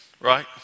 Right